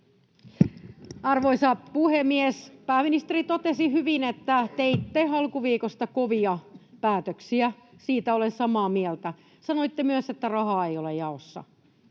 Arvoisa puhemies! Pääministeri totesi hyvin, että teitte alkuviikosta kovia päätöksiä. Siitä olen samaa mieltä. Sanoitte myös, että rahaa ei ole jaossa,